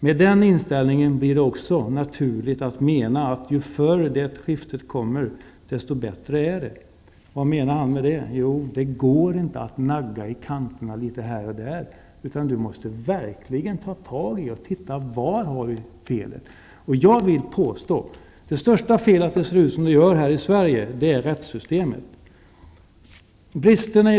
Med den inställningen blir det också naturligt att mena att ju förr det skiftet kommer desto bättre är det.'' Vad menade Bo Södersten med det? Jo, det går inte att nagga i kanterna litet här och litet där. Vi måste verkligen ta tag i detta och se var felet ligger. Jag vill påstå att den största anledningen till att det ser ut som det gör här i Sverige är rättssystemet.